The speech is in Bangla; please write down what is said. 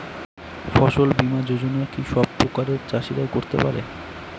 ফসল বীমা যোজনা কি সব প্রকারের চাষীরাই করতে পরে?